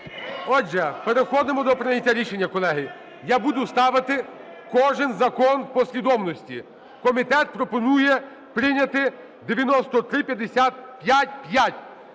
Отже, переходимо до прийняття рішення, колеги. Я буду ставити кожен закон у послідовності. Комітет пропонує прийняти 9355-5.